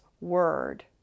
word